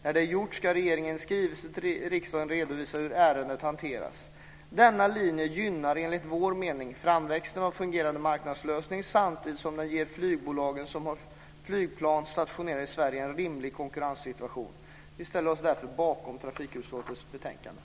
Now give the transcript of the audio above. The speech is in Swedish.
När det är gjort ska regeringen i en skrivelse till riksdagen redovisa hur ärendet hanterats. Denna linje gynnar enligt vår mening framväxten av fungerande marknadslösningar samtidigt som den ger de flygbolag som har flygplan stationerade i Sverige en rimlig konkurrenssituation. Vi ställer oss därför bakom trafikutskottets förslag i betänkandet.